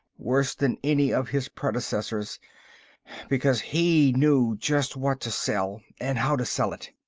worse than any of his predecessors because he knew just what to sell and how to sell it.